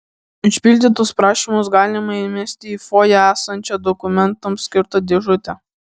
užpildytus prašymus galima įmesti į fojė esančią dokumentams skirtą dėžutę